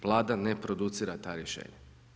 Vlada ne producira ta rješenja.